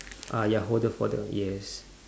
uh ya holder for the yes